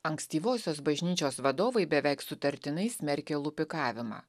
ankstyvosios bažnyčios vadovai beveik sutartinai smerkė lupikavimą